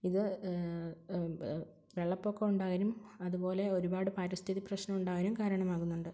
ഇത് വെള്ളപ്പൊക്കമുണ്ടാകാനും അതുപോലെ ഒരുപാട് പാരിസ്ഥിതിക പ്രശ്നമുണ്ടാകാനും കാരണമാകുന്നുണ്ട്